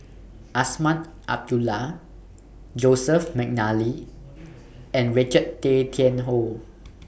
Azman Abdullah Joseph Mcnally and Richard Tay Tian Hoe